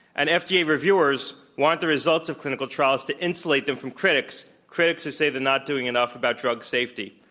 and fda yeah reviewers want the results of clinical trials to insulate them from critics critics who say they're not doing enough about drug safety.